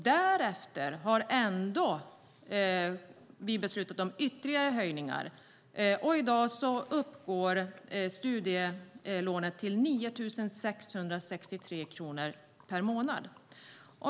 Därefter har vi ändå beslutat om ytterligare höjningar, och i dag uppgår studielånet till 9 663 kronor per månad.